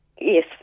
Yes